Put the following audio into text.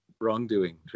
wrongdoing